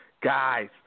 guys